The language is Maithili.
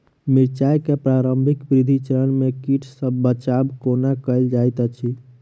मिर्चाय केँ प्रारंभिक वृद्धि चरण मे कीट सँ बचाब कोना कैल जाइत अछि?